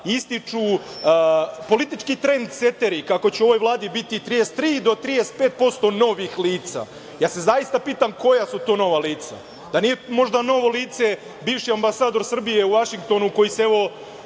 ističu politički trend seteri, kako će u ovoj Vladi biti 33 do 35 prosto novih lica. Ja se zaista pitam koja su to nova lica? Da nije možda novo lice bivši ambasador Srbije u Vašingtonu, koji se evo